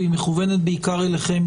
והיא מכוונת בעיקר אליכם,